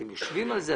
אתם יושבים על זה?